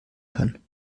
kann